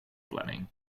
planning